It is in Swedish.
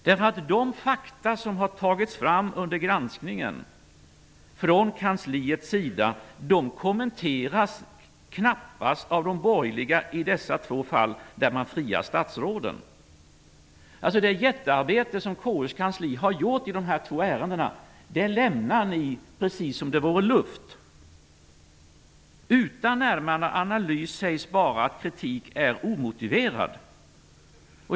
De fakta som kansliet har tagit fram under granskningen kommenteras knappast av de borgerliga i dessa två fall, där man friar statsråden. Det jättearbete som KU:s kansli har gjort i dessa två ärenden lämnar ni precis som om de vore luft. Utan närmare analys sägs bara att kritik är omotiverad.